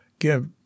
Give